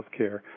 healthcare